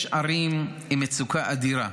יש ערים עם מצוקה אדירה.